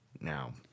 now